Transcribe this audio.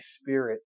spirit